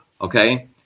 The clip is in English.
okay